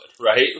Right